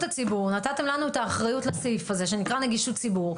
נתתם לנו את האחריות לסעיף הזה שנקרא נגישות ציבור.